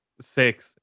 six